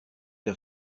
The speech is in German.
der